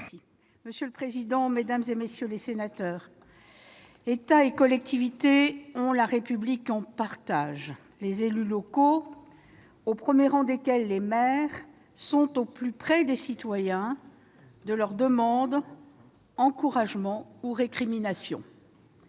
Monsieur le président, mesdames, messieurs les sénateurs, État et collectivités ont la République en partage. Les élus locaux, au premier rang desquels les maires, sont au plus près des citoyens, de leurs demandes, encouragements ou récriminations.